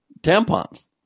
tampons